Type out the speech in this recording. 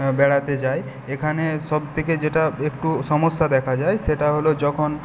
বেড়াতে যায় এখানে সবথেকে যেটা একটু সমস্যা দেখা যায় সেটা হল যখন